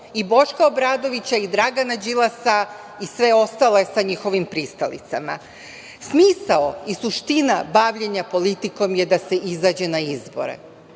i Boška Obradovića, i Dragana Đilasa, i sve ostale sa njihovim pristalicama. Smisao i suština bavljenja politikom je da se izađe na izbore